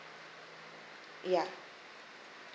ya